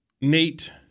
Nate